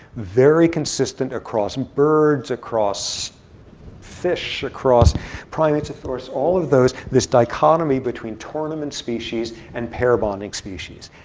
very consistent across birds, across fish, across primates. of course, all of those, this dichotomy between tournament species and pair bonding species.